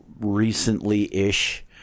recently-ish